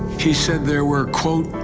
he said there were, quote,